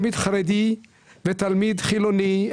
בין תלמיד חרדי לתלמיד חילוני.